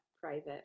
private